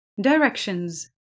Directions